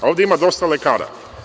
Ovde ima dosta lekara.